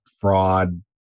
fraud